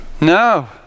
No